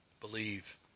believe